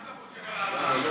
מה אתה חושב על ההצעה שלו?